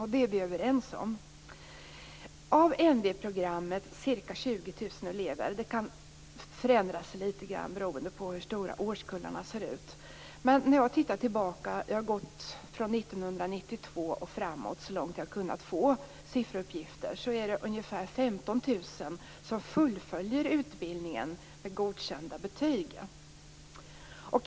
Där är vi överens. Av NV-programmets ca 20 000 elever - lite grann kan det variera, beroende på hur stora årskullarna är; jag har tittat tillbaka och då börjat vid år 1992 och gått framåt så långt jag kunnat få sifferuppgifter - är det ungefär 15 000 elever som fullföljer utbildningen med godkända betyg.